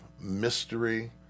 mystery